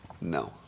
No